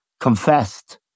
confessed